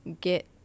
get